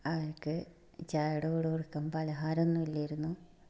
ആൾക്ക് ചായയുടെ കുടെ കൊടുക്കാൻ പലഹാരം ഒന്നുമില്ലയിരുന്നു